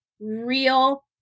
real